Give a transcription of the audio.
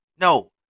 no